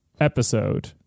episode